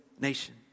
nation